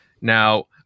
Now